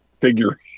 figure